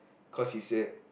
cause he said